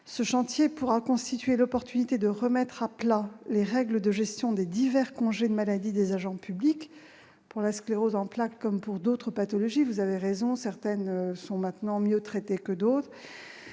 Ce chantier nous donnera l'opportunité de remettre à plat les règles de gestion des divers congés de maladie des agents publics, pour la sclérose en plaques comme pour d'autres pathologies- vous avez raison, madame la sénatrice : certaines sont aujourd'hui mieux traitées que d'autres.